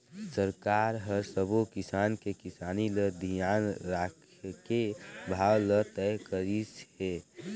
सरकार हर सबो किसान के किसानी ल धियान राखके भाव ल तय करिस हे